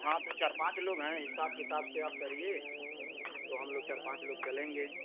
हाँ तो चार पाँच लोग हैं हिसाब किताब से आप करिए तो हम लोग चार पाँच लोग चलेंगे